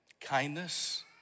kindness